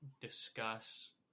discuss